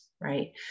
right